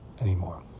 anymore